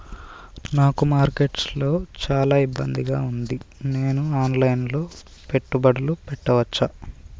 నాకు మార్కెట్స్ లో చాలా ఇబ్బందిగా ఉంది, నేను ఆన్ లైన్ లో పెట్టుబడులు పెట్టవచ్చా?